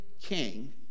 king